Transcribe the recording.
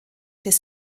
des